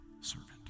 servant